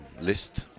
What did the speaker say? list